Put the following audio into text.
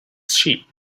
sheep